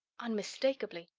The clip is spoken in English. unmistakably.